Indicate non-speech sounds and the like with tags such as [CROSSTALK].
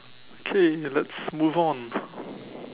okay let's move on [BREATH]